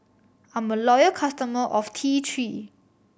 I'm a loyal customer of T Three